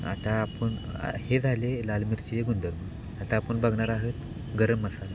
आता आपण हे झाले लाल मिरचीचे गुणधर्म आता आपण बघणार आहोत गरम मसाला